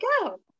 go